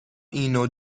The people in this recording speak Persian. اینو